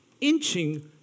inching